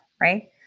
right